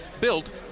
built